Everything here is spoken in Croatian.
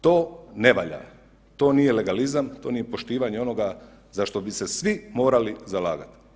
To ne valja, to nije legalizam, to nije poštivanje onoga zašto bi se svi morali zalagati.